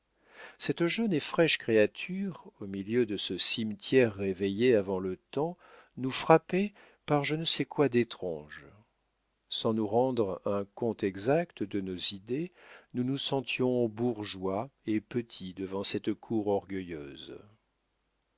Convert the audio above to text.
cette jeune et fraîche créature au milieu de ce cimetière réveillé avant le temps nous frappait par je ne sais quoi d'étrange sans nous rendre un compte exact de nos idées nous nous sentions bourgeois et petits devant cette cour orgueilleuse